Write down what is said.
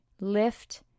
Lift